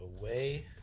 away